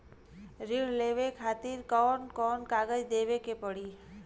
ऋण लेवे के खातिर कौन कोन कागज देवे के पढ़ही?